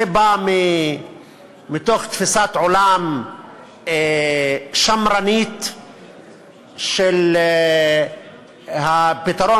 זה בא מתוך תפיסת עולם שמרנית של פתרון